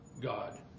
God